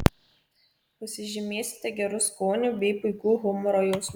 pasižymėsite geru skoniu bei puikiu humoro jausmu